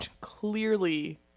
clearly